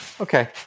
Okay